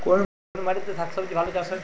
কোন মাটিতে শাকসবজী ভালো চাষ হয়?